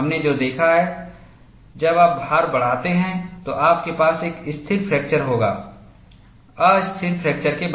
हमने जो देखा है जब आप भार बढ़ाते हैं तो आपके पास एक स्थिर फ्रैक्चर होगा अस्थिर फ्रैक्चर के बाद